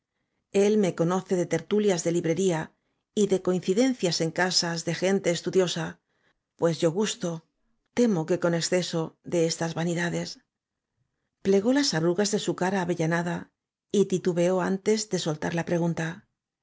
el me conoce de tertulias de librería y de coincidencia en casas de gente estudiosa pues yo gusto temo que con exceso de estas vanidades plegó las arrugas de su cara avellanada y titubeó antes de soltar la pregunta